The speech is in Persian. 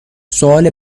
سوال